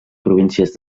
províncies